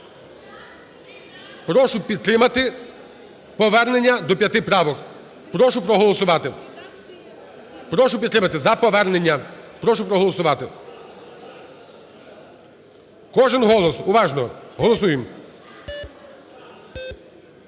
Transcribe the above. прошу підтримати повернення до п'яти правок. Прошу проголосувати. Прошу підтримати за повернення. Прошу проголосувати. Кожен колос. Уважно, голосуємо.